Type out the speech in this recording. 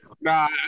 Nah